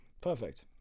Perfect